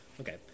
Okay